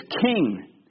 king